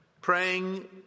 Praying